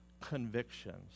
convictions